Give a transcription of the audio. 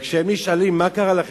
כשהם נשאלים: מה קרה לכם,